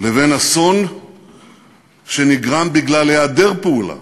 לבין אסון שנגרם בגלל היעדר פעולה,